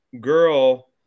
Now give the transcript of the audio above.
girl